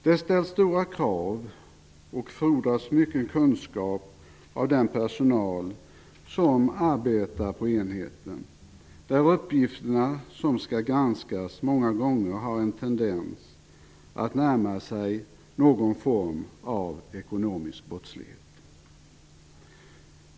Det ställs stora krav på och fordras mycken kunskap av den personal som arbetar på enheten, där de uppgifter som skall granskas många gånger närmar sig någon form av ekonomisk brottslighet.